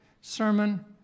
sermon